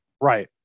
Right